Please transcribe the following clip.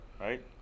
Right